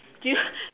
do you